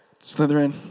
Slytherin